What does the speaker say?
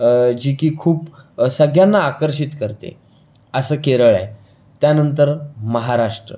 जी की खूप सगळ्यांना आकर्षित करते असं केरळ आहे त्यानंतर महाराष्ट्र